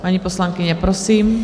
Paní poslankyně, prosím.